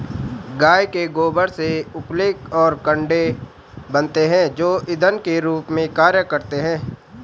गाय के गोबर से उपले और कंडे बनते हैं जो इंधन के रूप में कार्य करते हैं